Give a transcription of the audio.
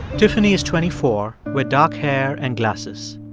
tiffany is twenty four with dark hair and glasses.